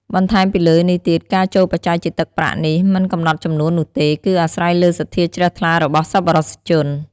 បន្ថែមពីលើនេះទៀត ការចូលបច្ច័យជាទឹកប្រាក់នេះ មិនកំណត់ចំនួននោះទេ គឺអាស្រ័យលើសទ្ធាជ្រះថ្លារបស់សប្បុរសជន។